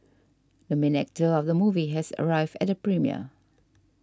the main actor of the movie has arrived at the premiere